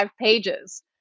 pages